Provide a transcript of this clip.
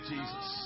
Jesus